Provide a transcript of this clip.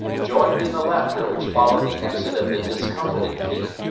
joined in the laughter which followed the exit of the discomfited pete.